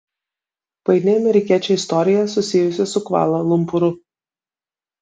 paini amerikiečio istorija susijusi su kvala lumpūru